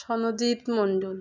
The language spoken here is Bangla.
সনজীৎ মণ্ডল